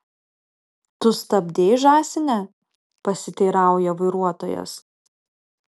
tu stabdei žąsine pasiteirauja vairuotojas